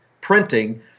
printing